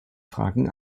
fragen